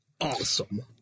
awesome